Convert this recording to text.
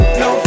no